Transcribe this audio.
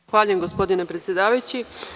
Zahvaljujem gospodine predsedavajući.